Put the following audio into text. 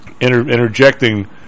interjecting